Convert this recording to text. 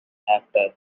after